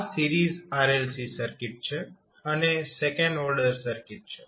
આ series RLC circuit છે અને સેકન્ડ ઓર્ડર સર્કિટ છે